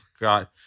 God